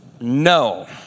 No